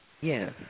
Yes